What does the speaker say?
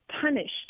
punished